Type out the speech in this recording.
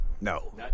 No